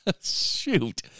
Shoot